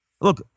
look